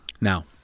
now